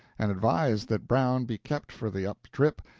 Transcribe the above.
and advised that brown be kept for the up trip,